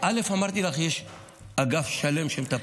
אמרתי לך, יש אגף שלם שמטפל.